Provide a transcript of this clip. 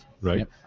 Right